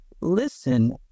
listen